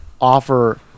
offer